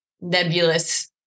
nebulous